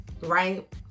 right